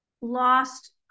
lost